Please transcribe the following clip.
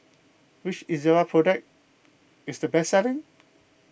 which Ezerra product is the best selling